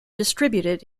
distributed